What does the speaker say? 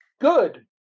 Good